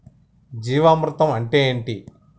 జీవామృతం అంటే ఏంటి?